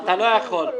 אתם לא יכולים.